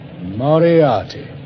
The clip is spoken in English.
Moriarty